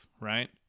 right